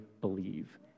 believe